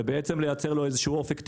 ובעצם לייצר לו איזה שהוא אופק תכנוני.